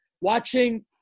watching